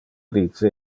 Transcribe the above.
dice